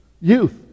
Youth